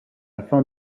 fin